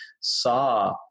saw